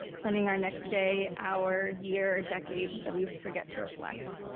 planning our next day, our year, decade that we forget to reflect.